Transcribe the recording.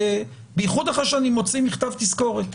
במיוחד אחרי שאני מוציא מכתב תזכורת.